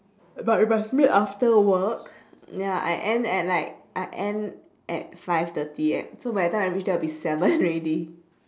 but we but meet after work ya I end at like I end at five thirty so by the time I reach there will be seven already